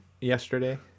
yesterday